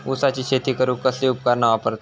ऊसाची शेती करूक कसली उपकरणा वापरतत?